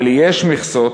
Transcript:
אבל יש מכסות